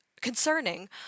concerning